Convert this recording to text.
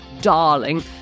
darling